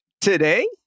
Today